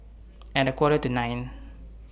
At A Quarter to nine